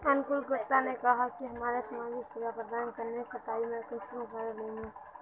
अंकूर गुप्ता ने कहाँ की हमरा समाजिक सेवा प्रदान करने के कटाई में कुंसम करे लेमु?